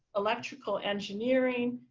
electrical engineering,